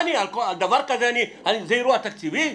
האם דבר כזה הוא אירוע תקציבי?